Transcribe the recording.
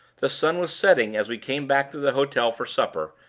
the sun was setting as we came back to the hotel for supper,